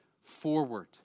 forward